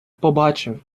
побачив